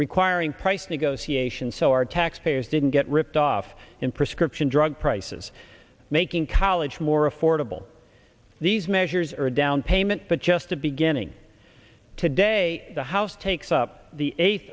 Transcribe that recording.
requiring price negotiation so our tax payers didn't get ripped off in prescription drug prices making college more affordable these measures are a down payment but just a beginning today the house takes up the